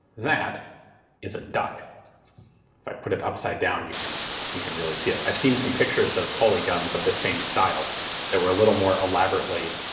that is a duck. if i put it upside down you can you can really see it. i've seen some pictures of pauly guns of this same style that were a little more elaborately